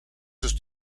sus